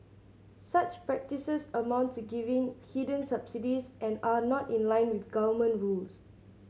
such practices amount to giving hidden subsidies and are not in line with government rules